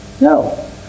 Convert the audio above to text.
No